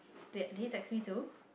did did he text me too